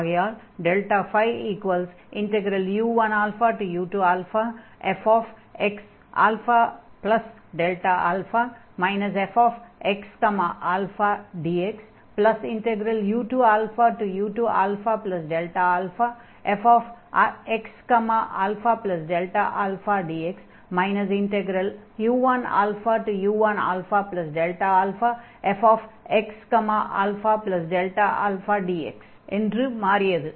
ஆகையால் ΔΦu1u2fxαΔα fxαdxu2u2αΔαfxαΔαdx u1u1αΔαfxαΔαdx என்று மாறியது